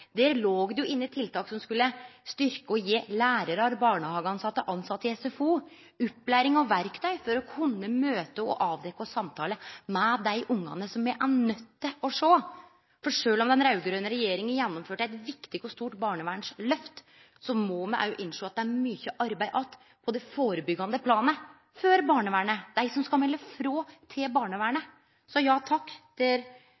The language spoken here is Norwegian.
Der låg det jo inne tiltak som skulle styrkje og gje lærarar, barnehagetilsette og tilsette i SFO opplæring og verktøy for å kunne møte og avdekkje og samtale med dei ungane som me er nøydde til å sjå. For sjølv om den raud-grøne regjeringa gjennomførte eit viktig og stort barnevernsløft, må me òg innsjå at det står att mykje arbeid på det førebyggjande planet – før barnevernet, dei som skal melde frå til barnevernet. Så ja, takk: Der